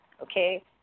okay